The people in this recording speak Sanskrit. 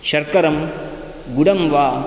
शर्करं गुडं वा